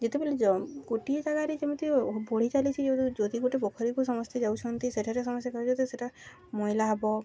ଯେତେବେଳେ ଗୋଟିଏ ଜାଗାରେ ଯେମିତି ବଢ଼ି ଚାଲିଛି ଯେ ଯଦି ଗୋଟେ ପୋଖରୀକୁ ସମସ୍ତେ ଯାଉଛନ୍ତି ସେଠାରେ ସମସ୍ତେ କଚେ ସେଟା ମଇଳା ହବ